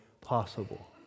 possible